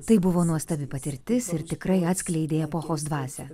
tai buvo nuostabi patirtis ir tikrai atskleidė epochos dvasią